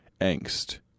angst